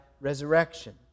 resurrection